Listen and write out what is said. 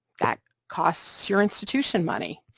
that costs your institution money,